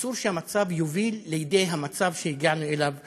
אסור שהדבר יוביל לידי המצב שהגענו אליו היום.